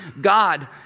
God